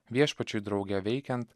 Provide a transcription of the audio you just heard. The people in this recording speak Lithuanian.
viešpačiui drauge veikiant